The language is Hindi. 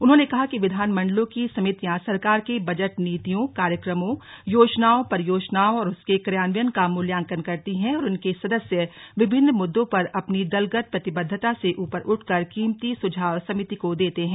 उन्होंने कहा कि विधानमंडलों की समितियां सरकार के बजट नीतियों कार्यक्रमों योजनाओं परियोजनाओं और उसके कार्यान्वयन का मूल्यांकन करती है और इनके सदस्य विभिन्न मुद्दों पर अपनी दलगत प्रतिबद्धता से ऊपर उठकर कीमती सुझाव समिति को देते हैं